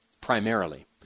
primarily